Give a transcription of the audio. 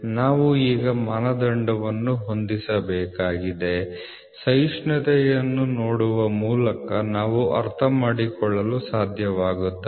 ನಾವು ಈಗ ಮಾನದಂಡವನ್ನು ಹೊಂದಿಸಬೇಕಾಗಿದೆ ಸಹಿಷ್ಣುತೆಯನ್ನು ನೋಡುವ ಮೂಲಕ ನಾವು ಅರ್ಥಮಾಡಿಕೊಳ್ಳಲು ಸಾಧ್ಯವಾಗುತ್ತದೆ